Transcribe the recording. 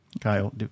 Kyle